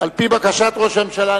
על-פי בקשת ראש הממשלה,